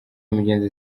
mugenzi